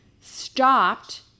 stopped